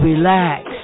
relax